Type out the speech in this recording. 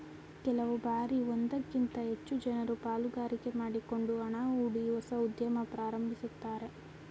ಕೆಲವು ಬಾರಿ ಒಂದಕ್ಕಿಂತ ಹೆಚ್ಚು ಜನರು ಪಾಲುಗಾರಿಕೆ ಮಾಡಿಕೊಂಡು ಹಣ ಹೂಡಿ ಹೊಸ ಉದ್ಯಮ ಪ್ರಾರಂಭಿಸುತ್ತಾರೆ